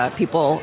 people